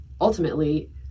Ultimately